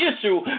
issue